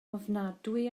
ofnadwy